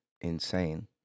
insane